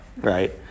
right